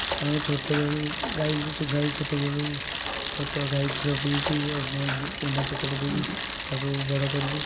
ତାଙ୍କୁ ଛୋଟବେଳୁ ଗାଈଙ୍କୁ ଗାଈ ଛୋଟବେଳୁ ଖତ ଗାଈ କ୍ଷୀର ପିଇକି କୁଣ୍ଡା ଚୋକଡ଼ ଦେଇ ତାକୁ ବଡ଼ କରିଛୁ